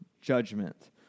judgment